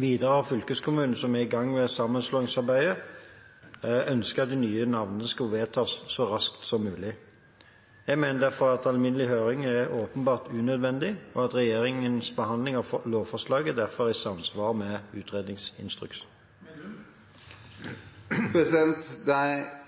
Videre har fylkeskommunene, som er i gang med sammenslåingsarbeidet, ønsket at de nye navnene skulle vedtas så raskt som mulig. Jeg mener derfor at alminnelig høring åpenbart er unødvendig, og at regjeringens behandling av lovforslaget derfor er i samsvar med utredningsinstruksen. Det er